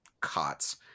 cots